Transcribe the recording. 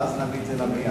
ואז נביא את זה למליאה.